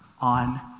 on